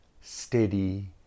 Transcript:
steady